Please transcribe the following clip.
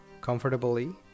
comfortably